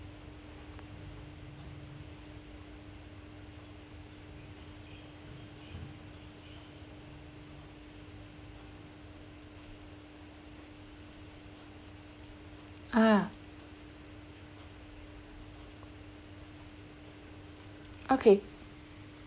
ah okay